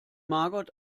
margot